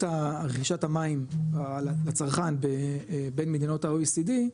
רכישת המים לצרכן בין מדינות ה-OECD,